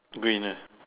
green ah